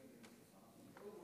בבקשה תענה